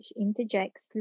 interjects